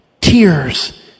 Tears